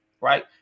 right